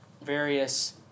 various